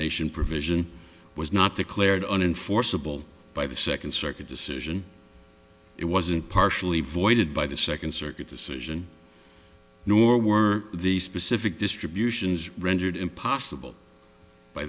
nation provision was not declared on enforceable by the second circuit decision it wasn't partially voided by the second circuit decision nor were the specific distributions rendered impossible by